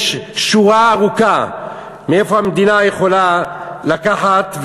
יש שורה ארוכה מאיפה המדינה יכולה לקחת,